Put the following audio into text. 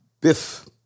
Biff